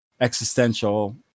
existential